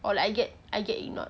or like I get I get ignored